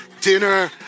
dinner